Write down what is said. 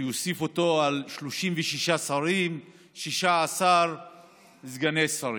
שיוסיף 36 שרים ו-16 סגני שרים.